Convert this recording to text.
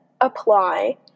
apply